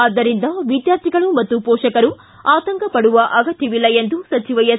ಆದ್ದರಿಂದ ವಿದ್ಕಾರ್ಧಿಗಳು ಮತ್ತು ಮೋಷಕರು ಆತಂಕಪಡುವ ಅಗತ್ಕವಿಲ್ಲ ಎಂದು ಸಚಿವ ಎಸ್